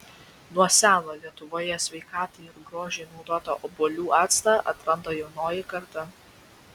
nuo seno lietuvoje sveikatai ir grožiui naudotą obuolių actą atranda jaunoji karta